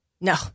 No